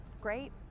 great